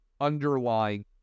underlying